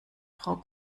frau